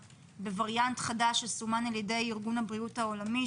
בווריאנט חדש שסומן על ידי ארגון הבריאות העולמי,